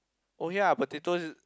oh ya potatoes